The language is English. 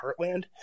heartland